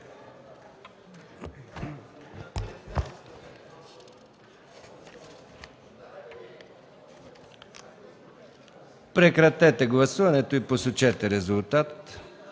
Прекратете гласуването и посочете резултата.